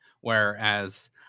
Whereas